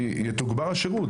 שיתוגבר השירות.